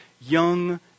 young